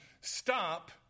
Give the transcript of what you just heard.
stop